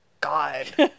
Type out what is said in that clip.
God